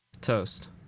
Toast